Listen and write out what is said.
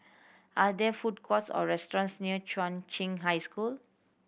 are there food courts or restaurants near Chung Cheng High School